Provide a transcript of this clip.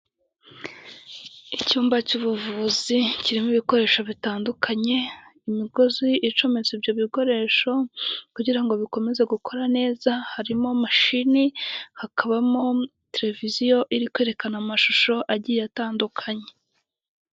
Icyumba cy'ubuvuzi kirimo ibikoresho bitandukanye imigozi icometse ibyo bikoresho kugira ngo bikomeze gukora neza; harimo mashini, hakabamo televiziyo iri kwerekana amashusho agiye atandukanye.